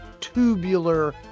tubular